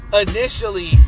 initially